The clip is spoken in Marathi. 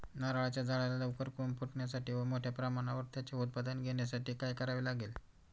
नारळाच्या झाडाला लवकर कोंब फुटण्यासाठी व मोठ्या प्रमाणावर त्याचे उत्पादन घेण्यासाठी काय करावे लागेल?